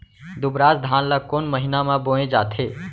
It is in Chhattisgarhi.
दुबराज धान ला कोन महीना में बोये जाथे?